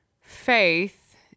faith